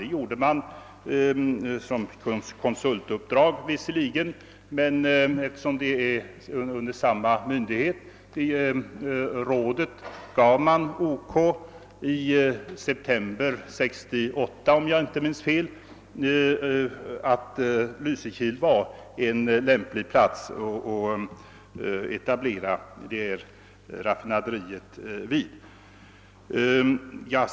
Visserligen var det ett konsultuppdrag, men det är i alla fall fråga om samma myndighet. Om jag inte minns fel var det i september 1968 man gav OK den upplysningen, att Lysekil var en lämplig plats att etablera detta raffinaderi på.